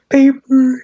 Paper